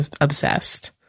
obsessed